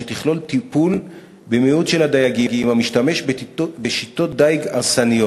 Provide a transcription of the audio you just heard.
שתכלול טיפול במיעוט של הדייגים המשתמש בשיטות דיג הרסניות"